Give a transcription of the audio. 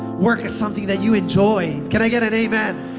work is something that you enjoy. can i get an amen?